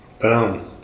boom